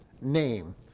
name